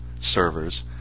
servers